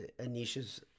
Anisha's